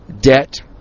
debt